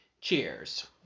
cheers